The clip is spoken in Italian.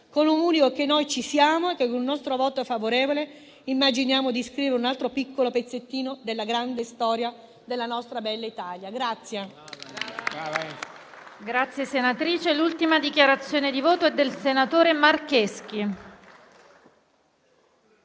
comunico che noi ci siamo e che, con il nostro voto favorevole, immaginiamo di scrivere un altro piccolo pezzo della grande storia della nostra bella Italia.